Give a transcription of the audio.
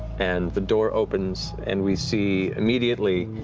and the door opens, and we see immediately,